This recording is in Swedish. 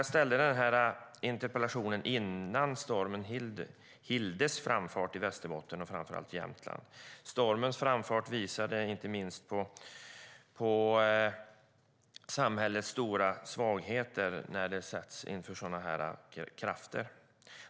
Jag ställde den här interpellationen innan stormen Hilde for fram i Västerbotten och framför allt Jämtland. Stormens framfart visade inte minst på samhällets stora svagheter när det ställs inför sådana här krafter.